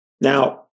Now